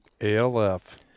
ALF